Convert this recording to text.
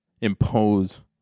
impose